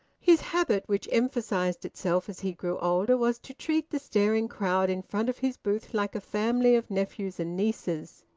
his habit, which emphasised itself as he grew older, was to treat the staring crowd in front of his booth like a family of nephews and nieces.